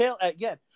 again